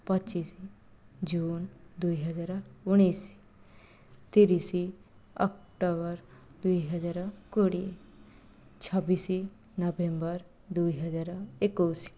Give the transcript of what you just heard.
ପଚିଶ ଜୁନ ଦୁଇ ହଜାର ଉଣେଇଶ ତିରିଶ ଅକ୍ଟୋବର ଦୁଇହଜାର କୋଡ଼ିଏ ଛବିଶ ନଭେମ୍ବର ଦୁଇ ହଜାର ଏକୋଇଶ